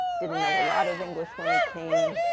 didn't know a lot of english when he came,